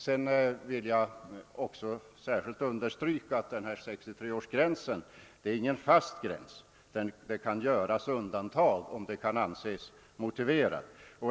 Jag vill också särskilt understryka att 63 år inte är någon fast gräns. Det kan göras undantag härifrån om detta anses motiverat.